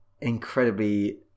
incredibly